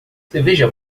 cerveja